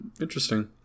interesting